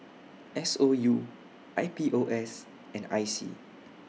S O U I P O S and I C